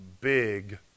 big